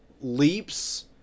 leaps